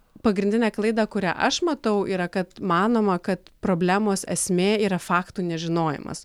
pagrindinę klaidą kurią aš matau yra kad manoma kad problemos esmė yra faktų nežinojimas